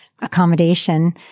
accommodation